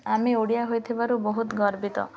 ଆମେ ଓଡ଼ିଆ ହୋଇଥିବାରୁ ବହୁତ ଗର୍ବିତ